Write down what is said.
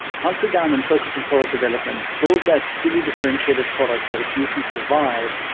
hunker down and focus on product development. build that truly differentiated product that if you can survive,